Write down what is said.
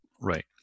Right